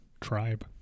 tribe